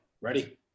Ready